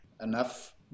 enough